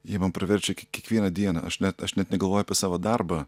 jie man praverčia kiekvieną dieną aš net aš net negalvoju apie savo darbą